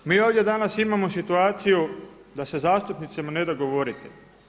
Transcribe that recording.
Mi ovdje danas imamo situaciju da se zastupnicima ne da govoriti.